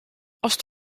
ast